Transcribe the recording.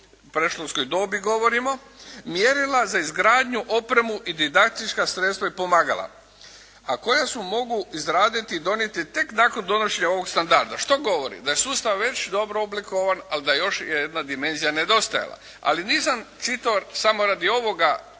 predškolskoj dobi govorimo, mjerila za izgradnju, opremu, didaktička sredstva i pomagala a koja se mogu izraditi i donijeti tek nakon donošenja ovog standarda što govori da je sustav već dobro oblikovan ali da još je jedna dimenzija nedostajala. Ali nisam čitao samo radi ovoga